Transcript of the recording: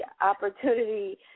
opportunity